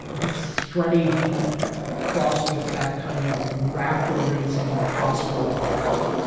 the strutting beat crossed with that kind of rafter raising gospel like vocal.